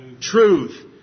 truth